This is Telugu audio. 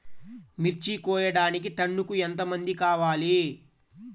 మిర్చి కోయడానికి టన్నుకి ఎంత మంది కావాలి?